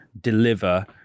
deliver